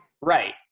Right